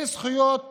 אלה זכויות